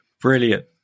Brilliant